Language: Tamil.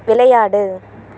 விளையாடு